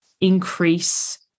increase